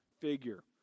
figure